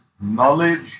knowledge